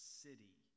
city